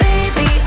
Baby